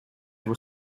were